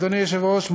אדוני היושב-ראש,